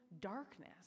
darkness